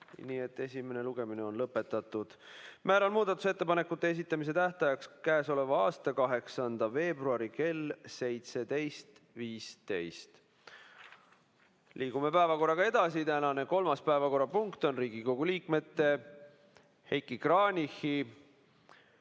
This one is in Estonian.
Nii et esimene lugemine on lõpetatud. Määran muudatusettepanekute esitamise tähtajaks käesoleva aasta 8. veebruari kell 17.15. Liigume päevakorraga edasi. Tänane kolmas päevakorrapunkt on Riigikogu liikmete Heiki Kranichi,